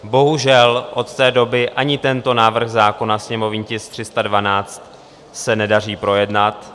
Bohužel od té doby ani tento návrh zákona, sněmovní tisk 312, se nedaří projednat.